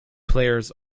players